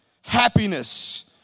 happiness